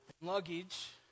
Luggage